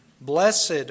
Blessed